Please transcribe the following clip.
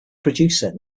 producer